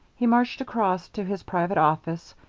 he marched across to his private office,